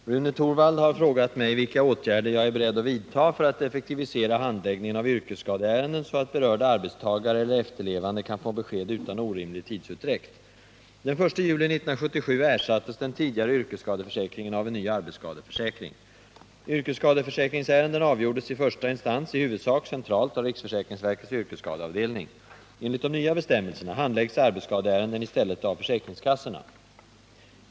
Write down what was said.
Herr talman! Rune Torwald har frågat mig vilka åtgärder jag är beredd vidta för att effektivisera handläggningen av yrkesskadeärenden så att berörda arbetstagare eller efterlevande kan få besked utan orimlig tidsutdräkt. Den 1 juli 1977 ersattes den tidigare yrkesskadeförsäkringen av en ny arbetsskadeförsäkring. Yrkesskadeförsäkringsärenden avgjordes i första instans i huvudsak centralt av riksförsäkringsverkets yrkesskadeavdelning. Enligt de nya bestämmelserna handläggs arbetsskadeärenden i stället av försäkringskassorna.